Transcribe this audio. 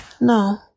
no